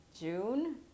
June